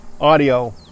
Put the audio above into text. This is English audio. audio